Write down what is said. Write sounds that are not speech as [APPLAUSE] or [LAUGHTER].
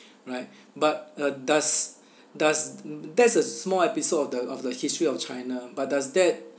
right but uh does [BREATH] does that's a small episode of the of the history of china but does that